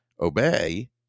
obey